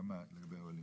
גם לגבי עולים.